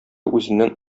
үзеннән